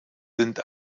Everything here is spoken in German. sind